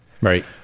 Right